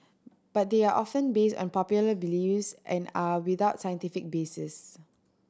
but they are often based on popular beliefs and are without scientific basis